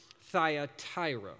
Thyatira